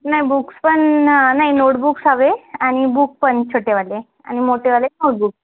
नाही बुक्स पण ना नाही नोटबुक्स हवे आणि बूक पण छोटेवाले आणि मोठेवाले नोटबूक